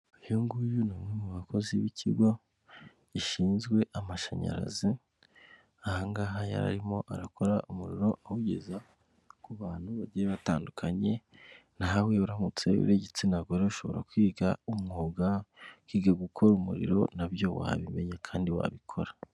Uyu nguyu ni umwe mu bakozi b'ikigo gishinzwe amashanyarazi, aha ngaha yari arimo arakora umuriro awugeza ku bantu bagiye batandukanye, nawe uramutse uri igitsina gore ushobora kwiga umwuga, ukiga gukora umurimo na byo wabimenya kandi wabikora.